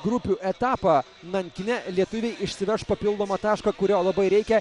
grupių etapą nankine lietuviai išsiveš papildomą tašką kurio labai reikia